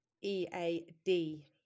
E-A-D